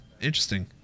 Interesting